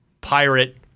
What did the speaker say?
pirate